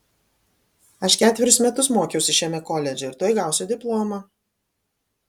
aš ketverius metus mokiausi šiame koledže ir tuoj gausiu diplomą